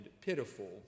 pitiful